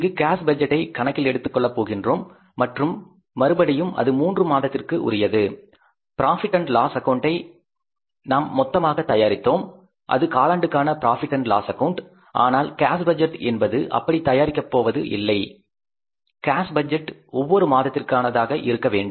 இங்கு கேஸ் பட்ஜெட்டை கணக்கில் எடுத்துக் கொள்ளப் போகின்றோம் மற்றும் மறுபடியும் அது மூன்று மாதத்திற்கு உரியது ப்ராபிட் அண்ட் லாஸ் அக்கவுண்டை நாம் மொத்தமாக தயாரித்தோம் அது காலாண்டுக்கான ப்ராபிட் அண்ட் லாஸ் அக்கவுண்ட் ஆனால் கேஸ் பட்ஜெட் என்பது அப்படி தயாரிக்கப்போவது இல்லை கேஸ் பட்ஜெட் ஒவ்வொரு மாதத்திற்கானதாக இருக்க வேண்டும்